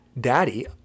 daddy